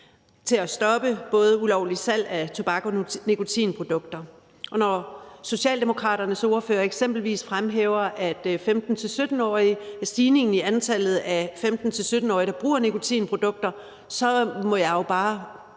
til at stoppe ulovligt salg af både tobak og nikotinprodukter. Når Socialdemokraternes ordfører eksempelvis fremhæver stigningen i antallet af 15-17-årige, der bruger nikotinprodukter, må jeg jo bare